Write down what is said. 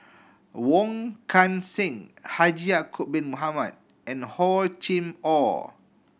Wong Kan Seng Haji Ya'acob Bin Mohamed and Hor Chim Or